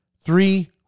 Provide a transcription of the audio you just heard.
three